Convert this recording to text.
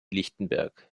lichtenberg